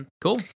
Cool